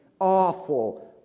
awful